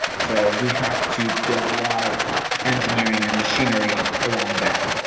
so we have to build a lot of engineering and machinery around that.